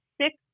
six